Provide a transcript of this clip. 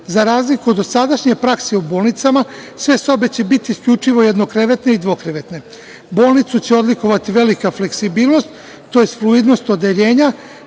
razliku od dosadašnje prakse u bolnicama, sve sobe će biti isključivo jednokrevetne i dvokrevetne. Bolnicu će odlikovati velika fleksibilnost, tj. fluidnost odeljenja,